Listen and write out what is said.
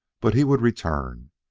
but he would return.